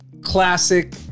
classic